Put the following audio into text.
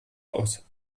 aus